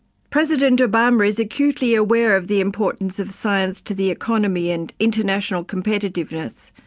president obama is acutely aware of the importance of science to the economy and international competitiveness,